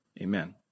Amen